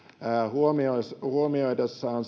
huomioidessaan huomioidessaan